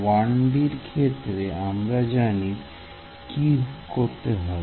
1D র ক্ষেত্রে আমরা জানি কি করতে হবে